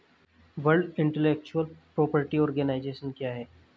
World intellectual property organization क्या है?